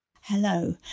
Hello